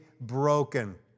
broken